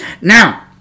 Now